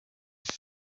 ibi